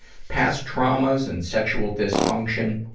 past traumas and sexual dysfunction,